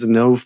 no